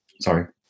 sorry